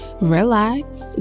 relax